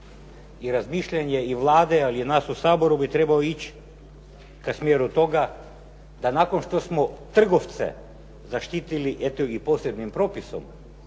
i razmišljanje i Vlade ali i nas u Saboru bi trebalo ići ka smjeru toga da nakon što smo trgovce zaštitili eto i posebnim propisom